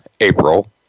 April